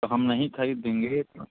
तो हम नहीं खरीद देंगे इतना